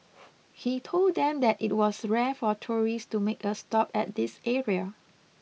he told them that it was rare for tourists to make a stop at this area